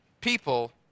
people